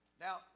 Now